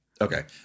Okay